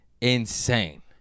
insane